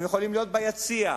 הם יכולים להיות ביציע,